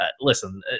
listen